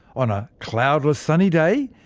on a cloudless sunny day,